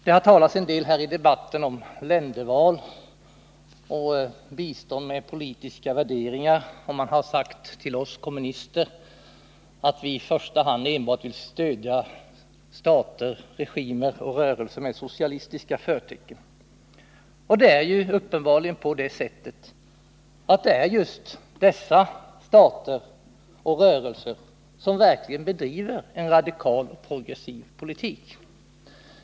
Det har här i debatten talats en del om länderval och bistånd med politiska värderingar, och man har sagt till oss kommunister att vi enbart vill stödja stater, regimer och rörelser med socialistiska förtecken. Men det är ju just dessa stater och rörelser som bedriver en radikal progressiv politik!